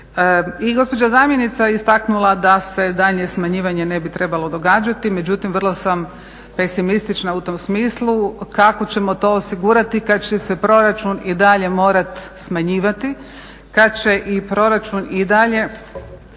I gospođa zamjenica je istaknula da se daljnje smanjivanje ne bi trebalo događati. Međutim, vrlo sam pesimistična u tom smislu kako ćemo to osigurati kad će se proračun i dalje morati smanjivati, kad će proračun i dalje